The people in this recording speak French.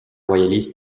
royaliste